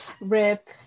rip